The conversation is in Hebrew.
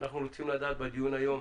אנחנו רוצים לדעת בדיון היום